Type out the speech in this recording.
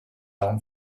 own